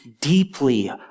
deeply